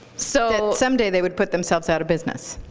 so someday they would put themselves out of business.